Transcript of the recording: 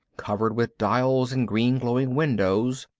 covered with dials and green-glowing windows,